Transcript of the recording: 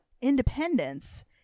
independence